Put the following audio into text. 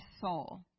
soul